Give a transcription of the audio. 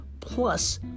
plus